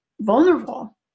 vulnerable